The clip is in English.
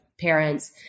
parents